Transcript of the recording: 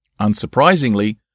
Unsurprisingly